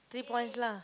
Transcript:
three points lah